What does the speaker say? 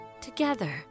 together